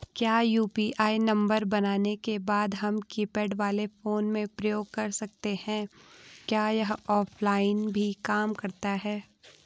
क्या UPI number बनाने के बाद हम कीपैड वाले फोन में प्रयोग कर सकते हैं क्या यह ऑफ़लाइन भी काम करता है?